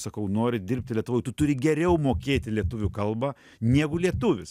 sakau nori dirbti lietuvoj tu turi geriau mokėti lietuvių kalbą negu lietuvis